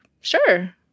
sure